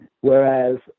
whereas